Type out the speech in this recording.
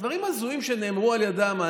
דברים הזויים שנאמרו על ידם.